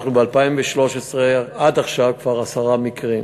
אנחנו ב-2013, עד עכשיו כבר עשרה מקרים,